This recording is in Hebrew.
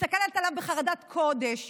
מסתכלת עליו בחרדת קודש,